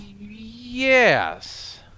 Yes